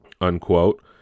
unquote